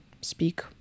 speak